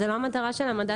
אבל זו לא המטרה של המדד.